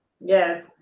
Yes